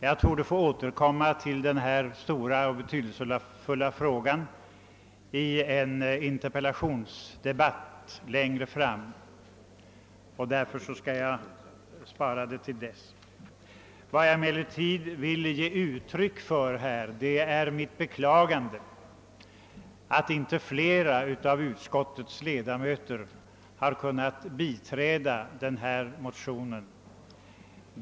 Jag torde få återkomma till denna stora och betydelsefulla fråga i en interpellationsdebatt längre fram, och därför skall jag spara det till dess. Jag vill emellertid ge uttryck för mitt beklagande av att inte fler av utskottets ledamöter har kunnat biträda denna motion.